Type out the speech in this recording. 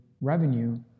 revenue